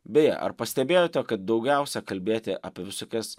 beje ar pastebėjote kad daugiausia kalbėti apie visokias